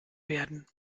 werden